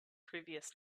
previous